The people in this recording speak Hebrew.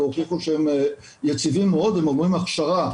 הטיפוליות השונות שמנסות לייצר מעין אלטרנטיבות,